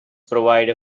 provide